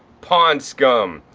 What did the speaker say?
pond scum.